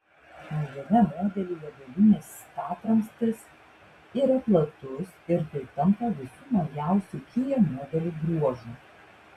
naujame modelyje galinis statramstis yra platus ir tai tampa visų naujausių kia modelių bruožu